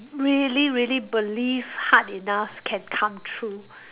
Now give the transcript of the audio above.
really really believe hard enough can come true